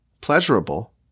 pleasurable